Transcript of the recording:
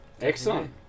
Excellent